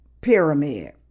pyramid